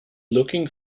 looking